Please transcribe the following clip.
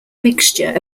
mixture